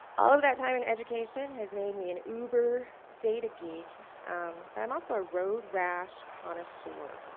all of that time in education has made me an uber data geek but i'm also a road rash connoisseur.